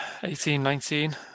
18-19